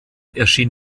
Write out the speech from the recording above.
erschien